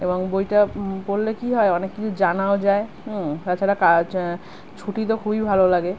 এবং বইটা পড়লে কী হয় অনেক কিছু জানাও যায় তাছাড়া কাজ ছুটি তো খুবই ভালো লাগে